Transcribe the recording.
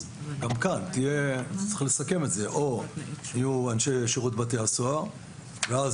גם צריך לסכם את זה כך שגם כאן יהיו או אנשי שירות בתי הסוהר ואז